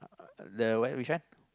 uh the one which one